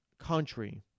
country